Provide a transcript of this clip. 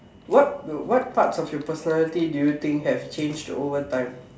what do what parts of your personality do you think have changed over time